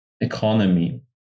economy